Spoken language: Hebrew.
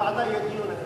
ואז בוועדה יהיה דיון,